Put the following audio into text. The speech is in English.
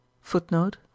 Footnote